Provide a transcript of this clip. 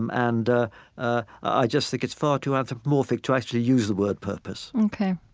um and ah ah i just think it's far too anthropomorphic to actually use the word purpose ok.